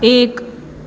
एक